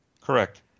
Correct